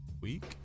Week